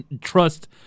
trust